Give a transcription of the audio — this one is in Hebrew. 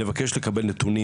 נבקש לקבל נתונים,